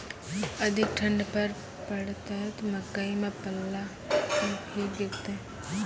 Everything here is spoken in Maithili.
अधिक ठंड पर पड़तैत मकई मां पल्ला भी गिरते?